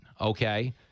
okay